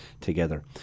together